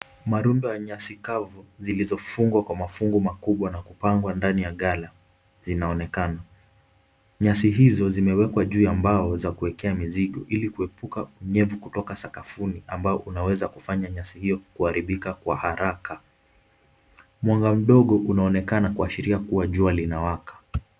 Marundo ya nyasi kavu zilizofungwa kwa mafungu makubwa na kupangwa ndani ya ghala, zinaonekana nyasi hizo zimewekwa juu ya mbao za kuwekea mizigo ili kuepuka unyevu kutoka sakafuni ambao unaweza kufanya nyasi hiyo kuharibika kwa haraka, mwanga mdogo unaonekana kuashiria jua linawaka.